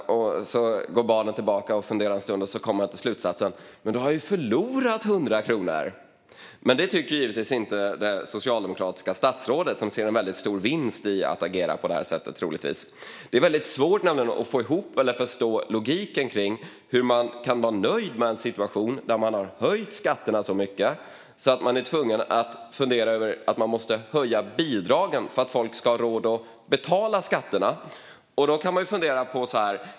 Barnet går och funderar en stund och kommer till slutsatsen: "Men då har jag ju förlorat 100 kronor." Men det tycker givetvis inte det socialdemokratiska statsrådet, som troligtvis ser en stor vinst i att agera på det sättet. Det är väldigt svårt att få ihop eller förstå logiken i hur man kan vara nöjd med en situation där man har höjt skatterna så mycket att man är tvungen att fundera över om man måste höja bidragen för att folk ska ha råd att betala skatterna.